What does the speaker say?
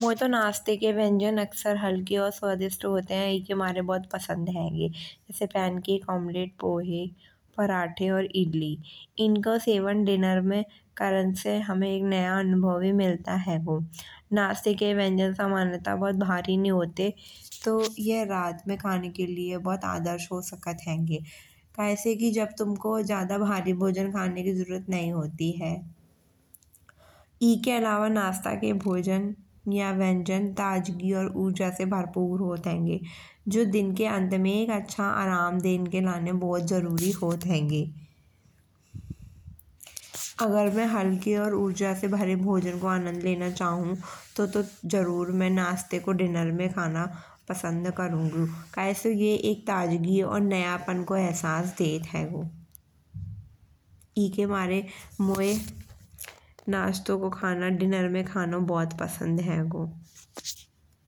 मोए तो नाश्ते के व्यंजन अक्सर हलके और स्वादिष्ट होत हैं एके मारे बहुत पसंद हेंगे। जैसे पैनकेक, ऑमलेट, पोहे, पराठे, और इडली। इनका सेवन डिनर में करण से हामे एक नया अनुभव भी मिलता हेगो। नाश्ते के व्यंजन समानता बहुत भारी नहीं होते। तो यह रात में खाने के लिए बहुत आदर्श हो सकत हेंगे। काय से की जब तुमको ज्यादा भारी भोजन खाने की जरूरत नहीं होती है। एके अलावा नाश्ता के भोजन या व्यंजन ताजगी से भरपूर होत हेंगे। जो दिन के अंत में एक अच्छा आराम देन के लाने बहुत जरूरी होत हेंगे। अगर माई हलके और ऊर्जा से भरे भोजन को आनंद लेना चाहू तो। तो जरूर माई नाश्ते को डिनर में खाना पसंद करुंगो। काय से ये एक ताजगी और नयापन को अहसास देत हेगो। एके मारे मोए नाश्ते को खाना डिनर में खाणो बहुत पसंद हेगो।